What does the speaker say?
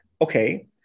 okay